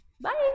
bye